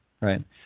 right